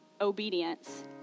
obedience